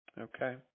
Okay